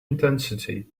intensity